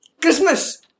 Christmas